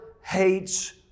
hates